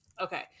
okay